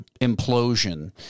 implosion